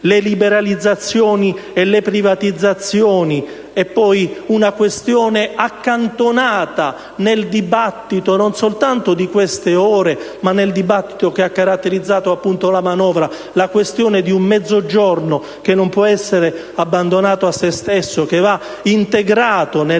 le liberalizzazioni e le privatizzazioni; inoltre, una questione accantonata nel dibattito non soltanto di queste ore, ma nel dibattito che ha caratterizzato la manovra, ossia la questione di un Mezzogiorno che non può essere abbandonato a se stesso, che va integrato nella